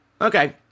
Okay